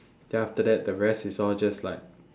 then after that the rest is all just like